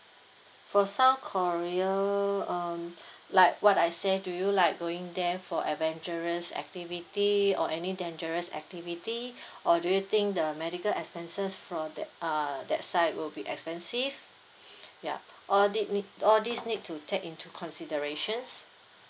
for south korea um like what I say do you like going there for adventurous activity or any dangerous activity or do you think the medical expenses for that err that side will be expensive ya all this need all these need to take into considerations